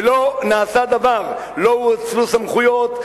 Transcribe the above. ולא נעשה דבר: לא הואצלו סמכויות,